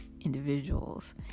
individuals